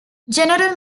general